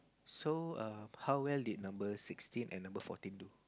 so um how well did number sixteen and number fourteen do